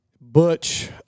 Butch